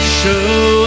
show